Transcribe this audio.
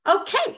okay